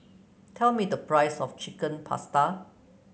tell me the price of Chicken Pasta